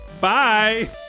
Bye